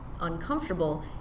uncomfortable